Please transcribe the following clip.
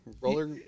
Roller